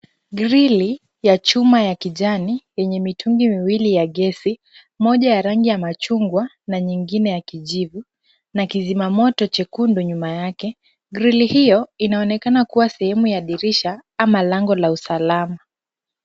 Grili ya chuma ya kijani yenye mitungi miwili ya gesi, moja ya rangi ya machungwa na nyingine ya kijivu na kizima moto chekundu nyuma yake. Grili hiyo inaonekana kuwa sehemu ya dirisha ama lango la usalama.